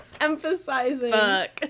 Emphasizing